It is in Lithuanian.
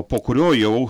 po kurio jau